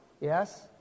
Yes